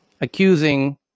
accusing